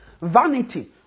Vanity